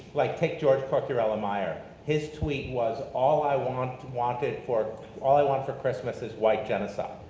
like take george ciccariello-maher. his tweet was all i wanted wanted for all i want for christmas is white genocide.